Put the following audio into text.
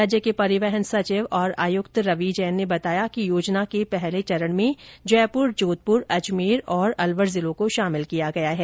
राज्य के परिवहन सचिव और आयुक्त रवि जैन ने बताया कि योजना के पहले चरण में जयपुर जोधपुर अजमेर और अलवर जिलों को शामिल किया गया है